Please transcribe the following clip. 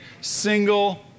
single